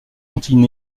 antilles